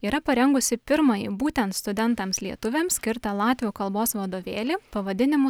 yra parengusi pirmąjį būtent studentams lietuviams skirtą latvių kalbos vadovėlį pavadinimu